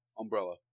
Umbrella